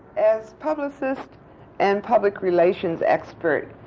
as publicist and public relations expert,